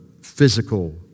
physical